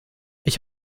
ich